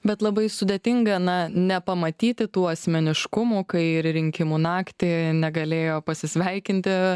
bet labai sudėtinga na nepamatyti tų asmeniškumų kai ir rinkimų naktį negalėjo pasisveikinti